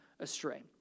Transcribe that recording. astray